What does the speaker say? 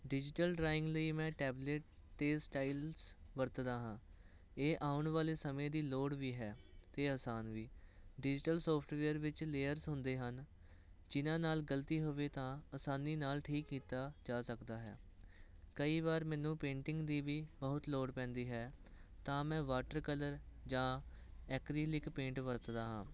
digital drawing ਲਈ ਮੈਂ tablet 'ਤੇ ਸਟਾਈਲਸ ਵਰਤਦਾ ਹਾਂ ਇਹ ਆਉਣ ਵਾਲੇ ਸਮੇਂ ਦੀ ਲੋੜ ਵੀ ਹੈ ਅਤੇ ਆਸਾਨ ਵੀ ਡਿਜੀਟਲ ਸੋਫਟਵੇਅਰ ਵਿੱਚ ਲੇਅਰਸ ਹੁੰਦੇ ਹਨ ਜਿਨ੍ਹਾਂ ਨਾਲ ਗਲਤੀ ਹੋਵੇ ਤਾਂ ਆਸਾਨੀ ਨਾਲ ਠੀਕ ਕੀਤਾ ਜਾ ਸਕਦਾ ਹੈ ਕਈ ਵਾਰ ਮੈਨੂੰ ਪੇਂਟਿੰਗ ਦੀ ਵੀ ਬਹੁਤ ਲੋੜ ਪੈਂਦੀ ਹੈ ਤਾਂ ਮੈਂ ਵਾਟਰ ਕਲਰ ਜਾਂ ਐਕਰੀਲਿਕ ਪੇਂਟ ਵਰਤਦਾ ਹਾਂ